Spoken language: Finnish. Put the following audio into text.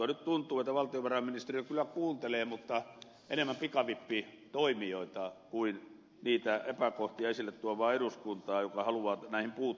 nyt tuntuu että valtiovarainministeriö kyllä kuuntelee mutta enemmän pikavippitoimijoita kuin niitä epäkohtia esille tuovaa eduskuntaa joka haluaa näihin puuttua